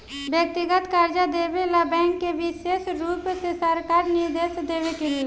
व्यक्तिगत कर्जा देवे ला बैंक के विशेष रुप से सरकार निर्देश देवे ले